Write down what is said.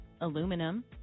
aluminum